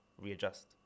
readjust